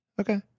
Okay